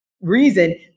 reason –